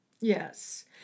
Yes